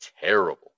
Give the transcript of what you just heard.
terrible